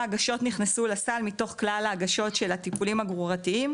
הגשות נכנסו לסל מתוך כלל ההגשות של הטיפולים הגרורתיים,